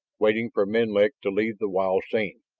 waiting for menlik to leave the wild scene.